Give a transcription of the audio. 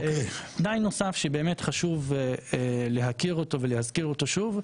תנאי נוסף שבאמת חשוב להכיר אותו ולהזכיר אותו שוב,